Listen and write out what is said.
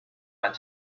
not